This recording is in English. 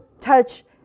touch